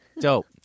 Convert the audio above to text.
dope